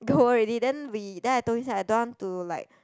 go already then we then I told you say I don't want to like